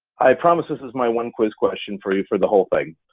i promise, this is my one quiz question for you for the whole thing.